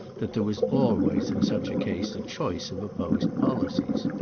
that there was always in such cases a choice of opposed policies.